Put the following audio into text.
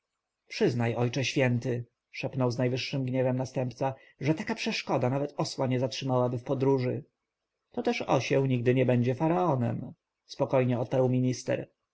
przyznaj ojcze święty szepnął z najwyższym gniewem następca że taka przeszkoda nawet osła nie zatrzymałaby w podróży to też osieł nigdy nie będzie faraonem spokojnie odparł minister